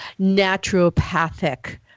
naturopathic